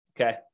okay